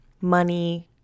money